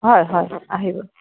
হয় হয় আহিব